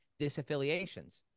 disaffiliations